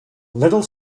little